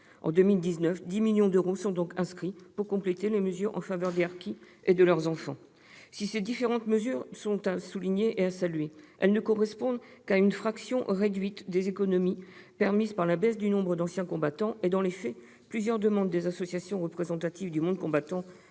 de 2019, 10 millions d'euros sont inscrits pour compléter les mesures en faveur des harkis et de leurs enfants. Si ces différentes mesures sont à souligner et à saluer, leur financement ne représente qu'une fraction réduite des économies permises par la baisse du nombre d'anciens combattants et, dans les faits, plusieurs demandes des associations représentatives du monde combattant